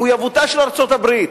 מחויבותה של ארצות-הברית.